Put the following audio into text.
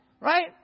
Right